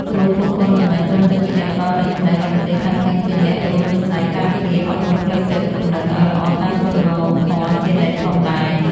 ព្រោះពួកគាត់មិនមែនត្រឹមតែជាអ្នកផ្តល់នូវចំណេះដឹងទេ ថែមទាំងជាអ្នករួមចំណែកការពារ អប់រំផ្លូវចិត្តគំនិតឱ្យល្អតាមគន្លងធម៌ជានិច្ចផងដែរ។